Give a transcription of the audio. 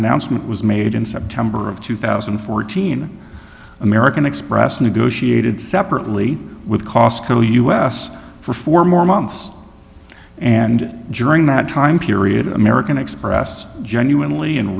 announcement was made in september of two thousand and fourteen american express negotiated separately with costco us for four more months and during that time period american express genuinely and